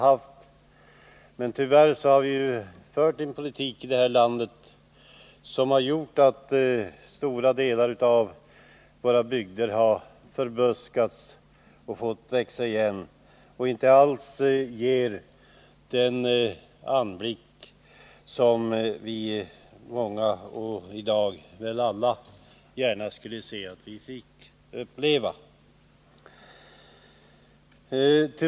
Tyvärr har det i detta land förts en politik som gjort att stora delar av våra bygder har förbuskats och fått växa igen. De ger inte den anblick som vi väl alla skulle vilja uppleva.